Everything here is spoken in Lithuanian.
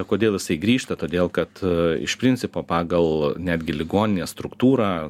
kodėl jisai grįžta todėl kad iš principo pagal netgi ligoninės struktūrą